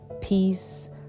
peace